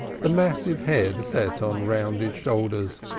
the massive head set on rounded shoulders,